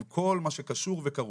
עם כל מה שקשור וכרוך.